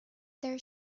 their